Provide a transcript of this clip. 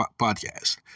podcast